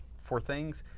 for things.